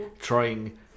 trying